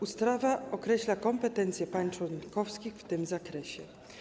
Ustawa określa kompetencje państw członkowskich w tym zakresie.